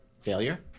failure